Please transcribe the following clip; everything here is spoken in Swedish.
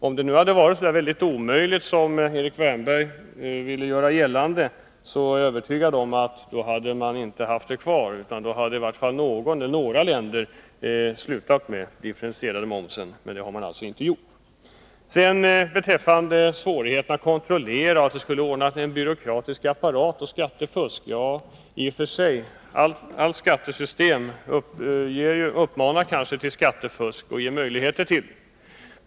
Om den hade varit så väldigt omöjlig som Erik Wärnberg vill göra gällande, är jag övertygad om att man inte hade haft den kvar, utan då hade i varje fall något eller några länder slutat med den differentierade momsen. Det har man alltså inte giort. Man talar också om svårigheten att kontrollera en differentierad moms; det skulle kräva en byråkratisk apparat och föra med sig skattefusk. I och för sig kanske alla skattesystem uppmanar till skattefusk och ger möjlighet till sådant.